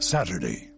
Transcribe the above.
Saturday